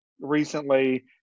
recently